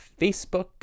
Facebook